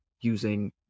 using